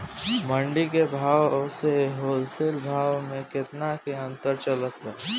मंडी के भाव से होलसेल भाव मे केतना के अंतर चलत बा?